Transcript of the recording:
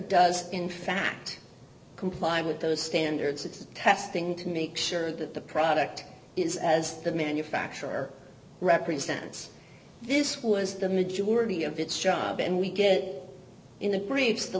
does in fact comply with those standards it's testing to make sure that the product is as the manufacturer represents this was the majority of its job and we get in the briefs the